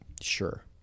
Sure